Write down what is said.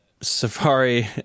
Safari